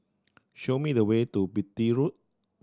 show me the way to Beatty Road